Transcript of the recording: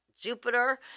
Jupiter